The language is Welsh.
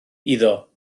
iddo